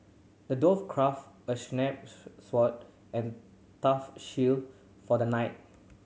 the dwarf crafted a sword and a tough shield for the knight